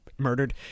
murdered